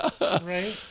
Right